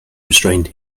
restrained